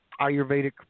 Ayurvedic